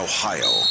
Ohio